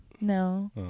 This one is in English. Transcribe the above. No